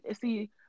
see